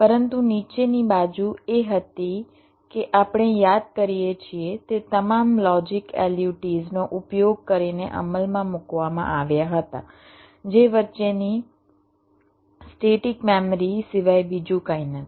પરંતુ નીચેની બાજુ એ હતી કે આપણે યાદ કરીએ છીએ તે તમામ લોજિક LUTs નો ઉપયોગ કરીને અમલમાં મૂકવામાં આવ્યા હતા જે વચ્ચેની સ્ટેટિક મેમરી સિવાય બીજું કંઈ નથી